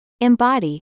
embody